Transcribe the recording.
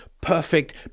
perfect